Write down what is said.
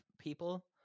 people